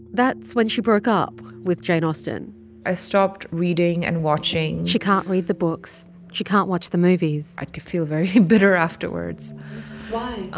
that's when she broke up with jane austen i stopped reading and watching she can't read the books. she can't watch the movies i feel very bitter afterwards why?